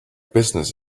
business